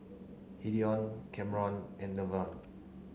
Hideo Kamron and Levern